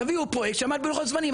תביאו פרויקט שעמד בלוחות זמנים.